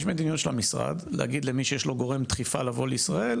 יש מדיניות של המשרד להגיד למי שיש לו גורם דחיפה לבוא לישראל